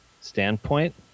standpoint